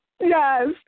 Yes